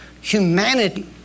humanity